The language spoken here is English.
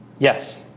yes,